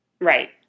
Right